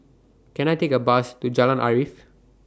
Can I Take A Bus to Jalan Arif